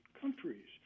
countries